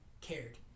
cared